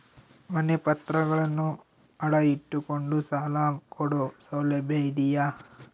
ಮನೆ ಪತ್ರಗಳನ್ನು ಅಡ ಇಟ್ಟು ಕೊಂಡು ಸಾಲ ಕೊಡೋ ಸೌಲಭ್ಯ ಇದಿಯಾ?